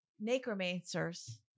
necromancers